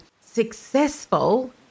successful